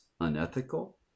unethical